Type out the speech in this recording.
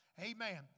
Amen